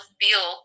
feel